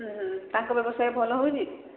ଉଁ ହୁଁ ତାଙ୍କ ବ୍ୟବସାୟ ଭଲ ହେଉଛି